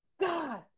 God